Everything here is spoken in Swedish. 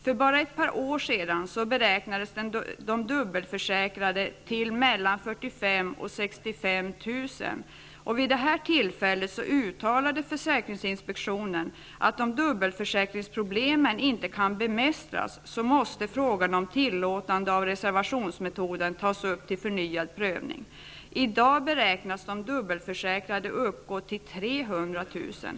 För bara ett par år sedan beräknades de dubbelförsäkrade till mellan Försäkringsinspektionen att om dubbelförsäkringsproblemen inte kan bemästras, måste frågan om tillåtande av reservationsmetoden tas upp till förnyad prövning. 300 000.